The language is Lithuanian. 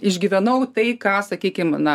išgyvenau tai ką sakykim na